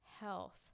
health